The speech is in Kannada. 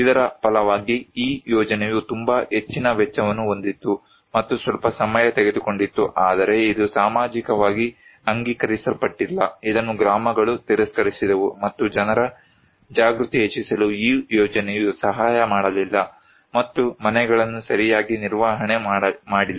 ಇದರ ಫಲವಾಗಿ ಈ ಯೋಜನೆಯು ತುಂಬಾ ಹೆಚ್ಚಿನ ವೆಚ್ಚವನ್ನು ಹೊಂದಿತ್ತು ಮತ್ತು ಸ್ವಲ್ಪ ಸಮಯ ತೆಗೆದುಕೊಂಡಿತು ಆದರೆ ಇದು ಸಾಮಾಜಿಕವಾಗಿ ಅಂಗೀಕರಿಸಲ್ಪಟ್ಟಿಲ್ಲ ಇದನ್ನು ಗ್ರಾಮಗಳು ತಿರಸ್ಕರಿಸಿದವು ಮತ್ತು ಜನರ ಜಾಗೃತಿ ಹೆಚ್ಚಿಸಲು ಈ ಯೋಜನೆಯು ಸಹಾಯ ಮಾಡಲಿಲ್ಲ ಮತ್ತು ಮನೆಗಳನ್ನು ಸರಿಯಾಗಿ ನಿರ್ವಹಣೆ ಮಾಡಿಲ್ಲ